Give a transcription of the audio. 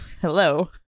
Hello